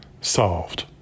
solved